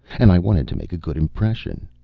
and i wanted to make a good impression.